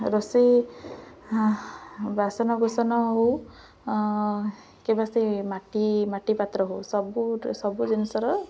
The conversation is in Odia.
ରୋଷେଇ ବାସନ କୁୁସନ ହଉ କିମ୍ବା ସେ ମାଟି ମାଟି ପାତ୍ର ହଉ ସବୁ ସବୁ ଜିନିଷର